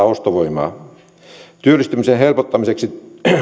ostovoimaa työllistymisen helpottamiseksi työttömyysetuuksien